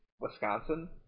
Wisconsin